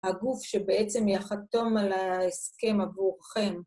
הגוף שבעצם יחתום על ההסכם עבורכם.